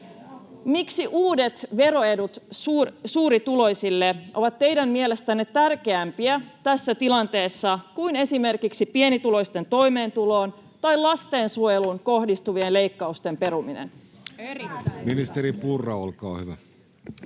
Miksi uudet veroedut suurituloisille ovat teidän mielestänne tärkeämpiä tässä tilanteessa kuin esimerkiksi pienituloisten toimeentuloon tai lastensuojeluun kohdistuvien leikkausten peruminen? [Speech 101] Speaker: